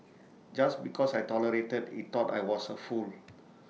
just because I tolerated he thought I was A fool